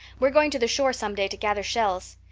we're going to the shore some day to gather shells.